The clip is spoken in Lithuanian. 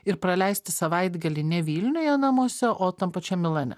ir praleisti savaitgalį ne vilniuje namuose o tam pačiam milane